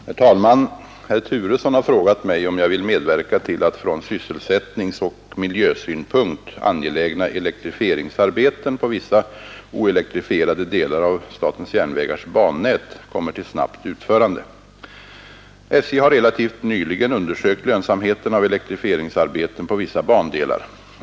Herr talman! Herr Turesson har frågat mig om jag vill medverka till att från sysselsättningsoch miljösynpunkt angelägna elektrifieringsarbeten på vissa oelektrifierade delar av statens järnvägars bannät kommer till snabbt utförande. SJ har relativt nyligen undersökt lönsamheten av elektrifieringsarbeten på vissa bandelar.